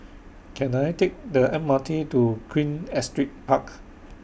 Can I Take The M R T to Queen Astrid Park